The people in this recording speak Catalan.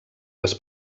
les